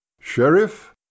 Sheriff